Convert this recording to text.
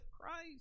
Christ